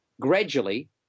Gradually